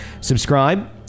subscribe